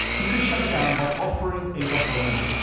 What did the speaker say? he could shut it down by offering a referendum,